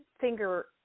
finger